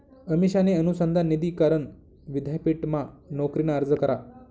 अमिषाने अनुसंधान निधी करण विद्यापीठमा नोकरीना अर्ज करा